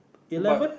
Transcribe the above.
eleven